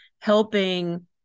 helping